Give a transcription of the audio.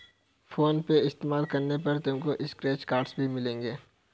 phone पे इस्तेमाल करने पर तुमको स्क्रैच कार्ड्स भी मिलेंगे